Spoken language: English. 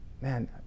man